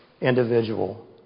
individual